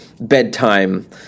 bedtime